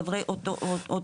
דוברי אותו כיוון,